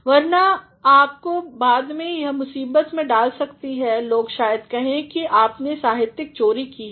वरना आपको बाद में यह मुसीबत में दाल सकती है लोग शायद कहें कि आपने साहित्यिक चोरी की है